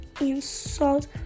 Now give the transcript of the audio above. insult